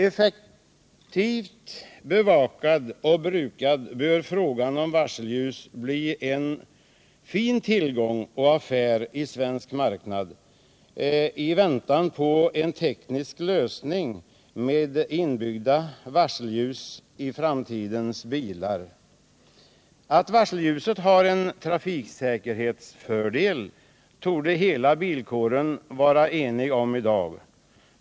Effektivt bevakade och brukade bör varselljuslyktor bli en fin tillgång och affär på den svenska marknaden i väntan på en teknisk lösning som möjliggör inbyggda varselljus i framtidens bilar. Att varselljuset har en trafiksäkerhetsfördel torde hela bilkåren vara enig om i dag.